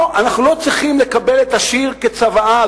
לא, אנחנו לא צריכים לקבל את השיר כצוואה.